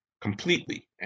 completely